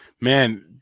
Man